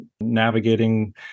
navigating